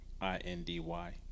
I-N-D-Y